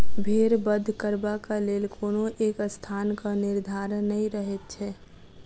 भेंड़ बध करबाक लेल कोनो एक स्थानक निर्धारण नै रहैत छै